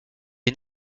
est